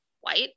white